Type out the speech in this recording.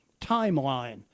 timeline